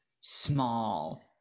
small